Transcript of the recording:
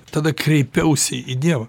tada kreipiausi į dievą